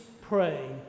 pray